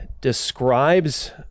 describes